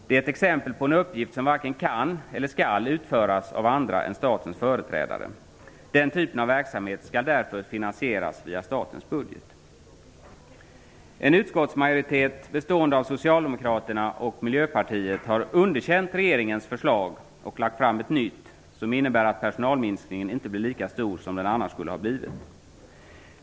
Det är ett exempel på en uppgift som varken kan eller skall utföras av andra än statens företrädare. Den typen av verksamhet skall därför finansieras via statens budget. En utskottsmajoritet bestående av socialdemokrater och miljöpartister har underkänt regeringens förslag och lagt fram ett nytt som innebär att personalminskningen inte blir lika stor som den annars skulle ha blivit.